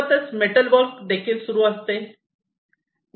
त्यासोबतच metal work देखील सुरू असते